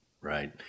Right